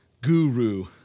guru